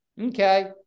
Okay